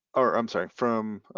oh, i'm sorry from, i